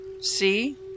See